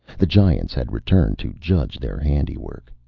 the giants had returned to judge their handiwork.